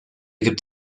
gibt